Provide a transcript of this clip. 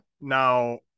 Now